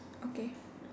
okay